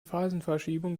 phasenverschiebung